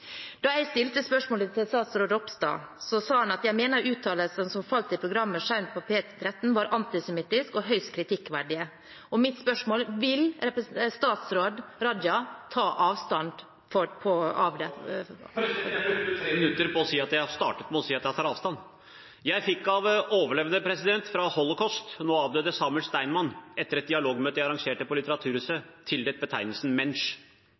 Da jeg stilte spørsmålet til statsråd Ropstad, sa han: «Jeg mener at uttalelsene som falt i programmet «Shaun på P13» var antisemittiske og høyst kritikkverdige.» Mitt spørsmål er: Vil statsråd Raja ta avstand fra dette? Jeg brukte tre minutter på å si det, og jeg startet med å si at jeg tar avstand. Jeg fikk av en overlevende fra Holocaust, nå avdøde Samuel Steinmann, etter et dialogmøte jeg arrangerte på Litteraturhuset, tildelt betegnelsen «Mensch», mens